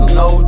no